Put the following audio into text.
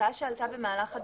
הצעה שעלתה במהלך הדיונים,